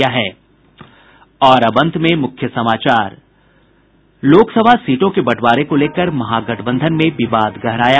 और अब अंत में मुख्य समाचार लोकसभा सीटों के बंटवारे को लेकर महागठबंधन में विवाद गहराया